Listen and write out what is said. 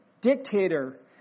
dictator